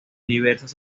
diversas